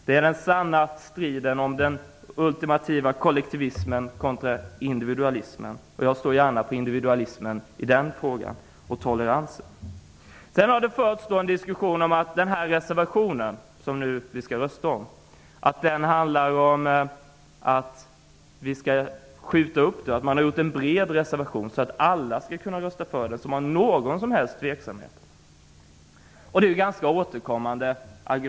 Det är den sanna striden om den ultimativa kollektivismen kontra individualismen. Jag står gärna på individualismens och toleransens sida i den här frågan. Sedan har det förts en diskussion om att reservationen som vi skall rösta om handlar om att vi skall skjuta upp det hela. Man har gjort en bred reservation så att alla som är det minsta tveksamma skall kunna rösta för den. Denna agumentation är ganska ofta återkommande.